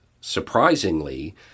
surprisingly